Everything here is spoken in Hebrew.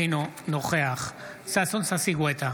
אינו נוכח ששון ששי גואטה,